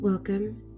Welcome